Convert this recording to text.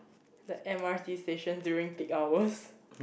that M_R_T station during peak hours